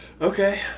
Okay